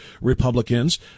Republicans